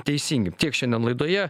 teisingi tiek šiandien laidoje